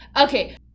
Okay